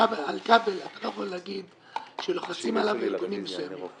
אבל על כבל אתה לא יכול להגיד שלוחצים עליו גורמים מסוימים.